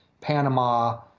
Panama